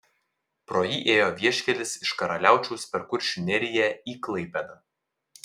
pro jį ėjo vieškelis iš karaliaučiaus per kuršių neriją į klaipėdą